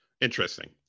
Interesting